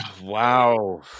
wow